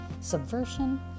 subversion